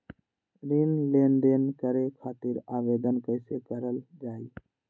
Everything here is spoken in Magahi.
ऋण लेनदेन करे खातीर आवेदन कइसे करल जाई?